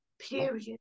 Period